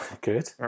good